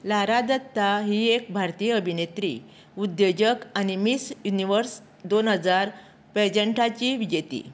लारा दत्ता ही एक भारतीय अभिनेत्री उद्देजक आनी मीस युनिव्हर्स दोन हजार पॅजंटाची विजेती